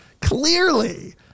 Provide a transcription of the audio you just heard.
clearly